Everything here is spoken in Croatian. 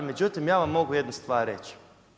Međutim, ja vam mogu jednu stvar reći.